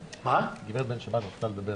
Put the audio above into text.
לדבר.